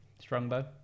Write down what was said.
Strongbow